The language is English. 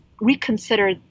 reconsider